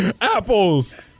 Apples